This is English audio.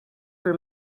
for